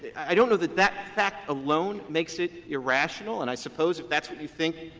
i don't know that that fact alone makes it irrational. and i suppose if that's what you think